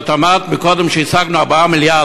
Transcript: את אמרת קודם שהשגנו 4 מיליארד,